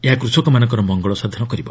ଏହା କୃଷକମାନଙ୍କର ମଙ୍ଗଳ ସାଧନ କରିବ